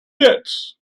debts